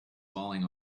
falling